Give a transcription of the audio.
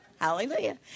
Hallelujah